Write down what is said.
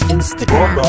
Instagram